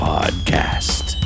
Podcast